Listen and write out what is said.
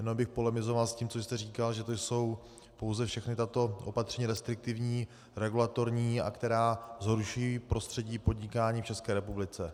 Jenom bych polemizoval s tím, co jste říkal, že jsou pouze všechna tato opatření restriktivní, regulatorní, a která zhoršují prostředí podnikání v České republice.